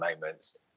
moments